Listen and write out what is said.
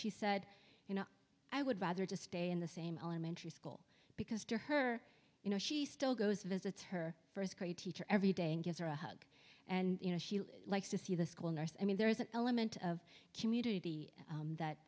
she said you know i would rather just stay in the same elementary school because to her you know she still goes visits her first grade teacher every day and gives her a hug and you know she likes to see the school nurse i mean there is an element of community that